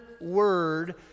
word